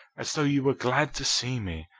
as though you were glad to see me.